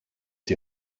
die